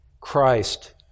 Christ